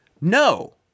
No